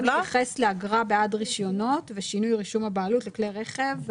הפרט הזה מתייחס לאגרה בעד רישיונות ושינוי רישום הבעלות לכלי רכב,